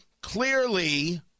clearly